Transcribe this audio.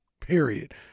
period